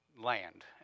land